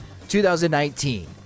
2019